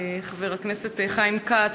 חבר הכנסת חיים כץ,